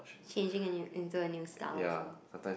changing a new into a new style also